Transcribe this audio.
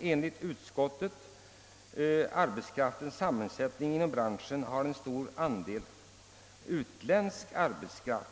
enligt utskottet branschen har en stor andel utländsk arbetskraft?